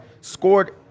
scored